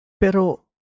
Pero